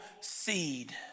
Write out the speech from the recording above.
seed